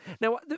Now